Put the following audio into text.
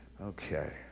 Okay